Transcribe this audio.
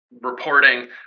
reporting